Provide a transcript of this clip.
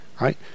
right